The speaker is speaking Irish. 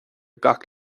gach